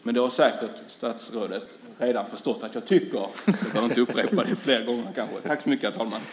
Men statsrådet har säkert redan förstått att jag tycker det, och jag behöver därför inte upprepa det fler gånger.